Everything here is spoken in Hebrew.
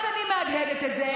רק אני מהדהדת את זה,